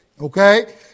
Okay